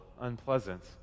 unpleasant